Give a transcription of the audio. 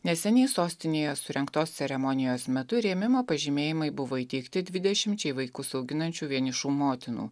neseniai sostinėje surengtos ceremonijos metu rėmimo pažymėjimai buvo įteikti dvidešimčiai vaikus auginančių vienišų motinų